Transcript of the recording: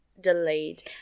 delayed